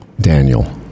Daniel